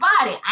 body